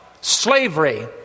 slavery